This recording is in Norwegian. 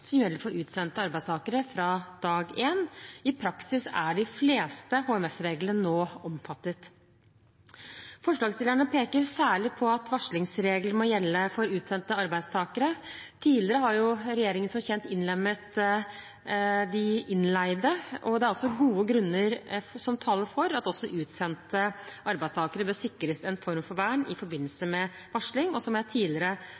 som gjelder for utsendte arbeidstakere fra dag én. I praksis er de fleste HMS-reglene nå omfattet. Forslagsstillerne peker særlig på at varslingsreglene må gjelde for utsendte arbeidstakere. Tidligere har regjeringen som kjent innlemmet de innleide. Det er gode grunner som taler for at også utsendte arbeidstakere bør sikres en form for vern i forbindelse med varsling. Som jeg tidligere